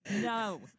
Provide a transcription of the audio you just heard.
No